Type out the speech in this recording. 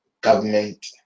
government